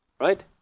Right